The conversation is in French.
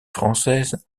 française